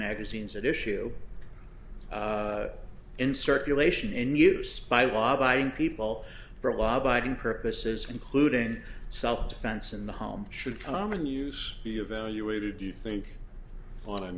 magazines that issue in circulation in use by law abiding people for law abiding purposes including self defense in the home should common use be evaluated you think on a